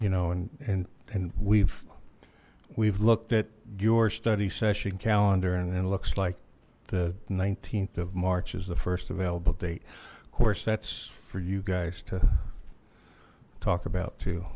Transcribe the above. you know and and and we've we've looked at your study session calendar and looks like the nineteenth of march is the first available date of course that's for you guys to talk about to